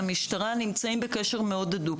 המשטרה נמצאים בקשר מאוד הדוק.